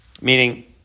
meaning